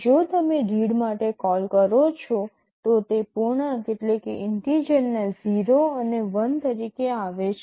જો તમે રીડ માટે કોલ કરો છો તો તે પૂર્ણાંક ના 0 અને 1 તરીકે આવે છે